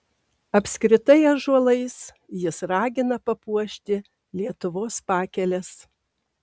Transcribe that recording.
apskritai ąžuolais jis ragina papuošti lietuvos pakeles